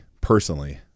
personally